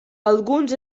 alguns